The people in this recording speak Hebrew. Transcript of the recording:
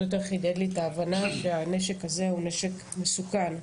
יותר חידד לי את ההבנה שהנשק הזה הוא נשק מסוכן.